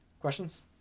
Questions